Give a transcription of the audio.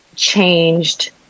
changed